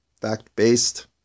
fact-based